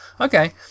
Okay